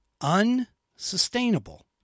Unsustainable